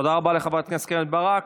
תודה רבה לחברת הכנסת קרן ברק.